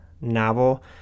novel